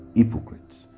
hypocrites